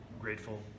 grateful